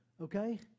Okay